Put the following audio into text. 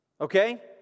okay